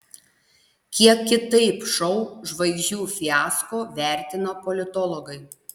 kiek kitaip šou žvaigždžių fiasko vertina politologai